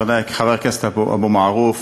חבר הכנסת אבו מערוף,